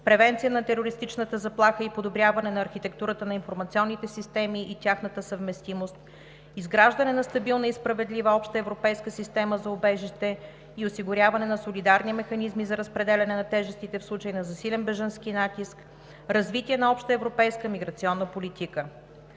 превенция на терористичната заплаха и подобряване на архитектурата на информационните системи и тяхната съвместимост, изграждане на стабилна и справедлива обща европейска система за убежище и осигуряване на солидарни механизми за разпределяне на тежестите в случай на засилен бежански натиск, развитие на обща европейска миграционна политика,